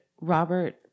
Robert